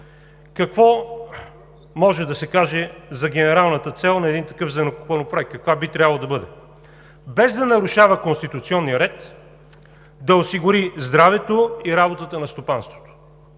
Какво може да се каже за генералната цел на един такъв законопроект, каква би трябвало да бъде? Без да нарушава конституционния ред, да осигури здравето и работата на стопанството,